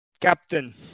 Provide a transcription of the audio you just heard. Captain